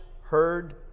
heard